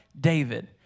David